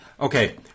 Okay